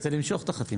כדי למשוך את החתימה.